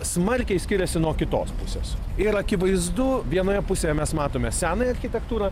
smarkiai skiriasi nuo kitos pusės ir akivaizdu vienoje pusėje mes matome senąją architektūrą